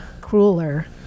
crueler